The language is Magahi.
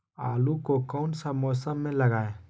आलू को कौन सा मौसम में लगाए?